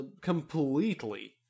completely